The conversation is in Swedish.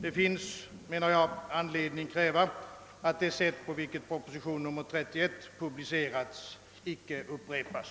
Det finns enligt min mening anledning kräva att det sätt på vilket proposition nr 31 publicerats icke upprepas.